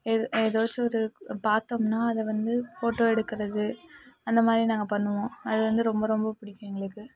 ஏ ஏதாச்சு ஒரு பார்த்தோம்னா அதை வந்து போட்டோ எடுக்கிறது அந்தமாதிரி நாங்கள் பண்ணுவோம் அது வந்து ரொம்ப ரொம்ப பிடிக்கும் எங்களுக்கு